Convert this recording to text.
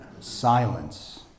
silence